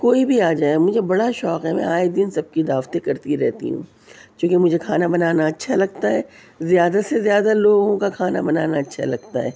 کوئی بھی آجائے مجھے بڑا شوق ہے میں آئے دن سب کی دعوتیں کرتی رہتی ہوں چونکہ مجھے کھانا بنانا اچھا لگتا ہے زیادہ سے زیادہ لوگوں کا کھانا بنانا اچھا لگتا ہے